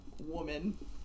woman